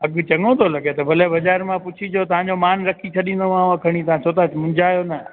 अघ चङो थो लॻे त भले बाज़ारि मां पुछी अचो तव्हांजो माना रखी छ्ॾींदोमांव खणी तव्हां छो त मुंझायो न